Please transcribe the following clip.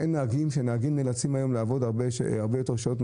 שאין נהגים,